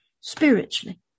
Spiritually